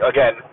Again